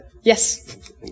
Yes